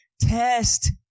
test